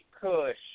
Kush